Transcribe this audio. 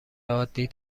عادی